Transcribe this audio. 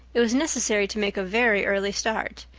it was necessary to make a very early start.